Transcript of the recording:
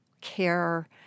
care